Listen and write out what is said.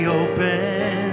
open